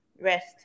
Rest